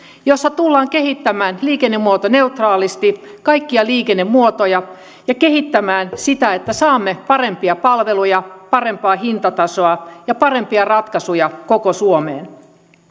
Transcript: jossa tullaan kehittämään liikennemuotoneutraalisti kaikkia liikennemuotoja ja kehittämään sitä että saamme parempia palveluja parempaa hintatasoa ja parempia ratkaisuja koko suomeen